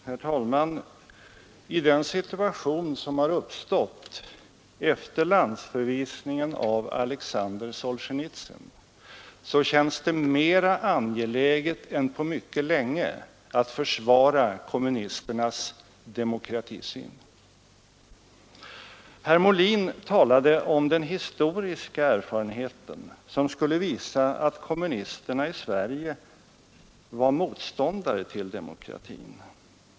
Herr talman! I den situation som har uppstått efter landsförvisningen av Alexander Solzjenitsyn känns det mera angeläget än på mycket länge att försvara kommunisternas demokratisyn. Herr Molin talade om den historiska erfarenheten, som skulle visa att kommunisterna i Sverige var motståndare till demokratin.